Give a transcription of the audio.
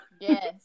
yes